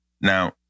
Now